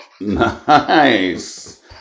Nice